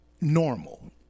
normal